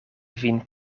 vin